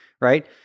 right